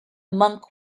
monk